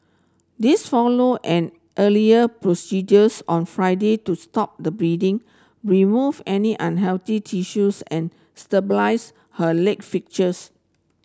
this followed an earlier procedures on Friday to stop the bleeding remove any unhealthy tissues and stabilise her leg fractures